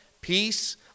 peace